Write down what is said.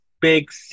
big